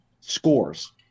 scores